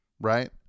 right